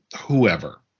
whoever